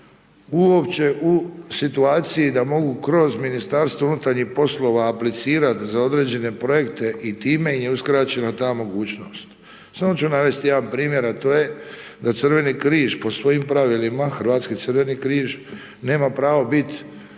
uopće u situaciji da mogu kroz MUP aplicirati za određene projekte i time im je uskraćena ta mogućnost. Samo ću navesti jedan primjer a to je da Crveni križ po svojim pravilima, Hrvatski crveni križ, nema pravo biti